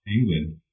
England